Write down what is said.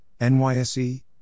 NYSE